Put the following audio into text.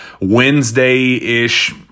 Wednesday-ish